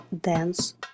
dance